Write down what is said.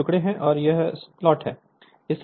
ये टुकड़े हैं और ये स्लॉट हैं